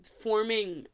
forming